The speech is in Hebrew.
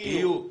ברוכים תהיו.